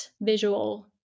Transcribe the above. visual